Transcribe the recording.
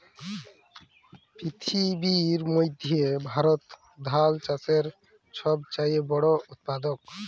পিথিবীর মইধ্যে ভারত ধাল চাষের ছব চাঁয়ে বড় উৎপাদক